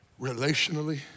relationally